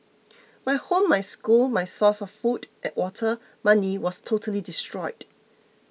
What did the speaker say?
my home my school my source of food water money was totally destroyed